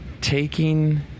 taking